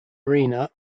arena